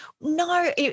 No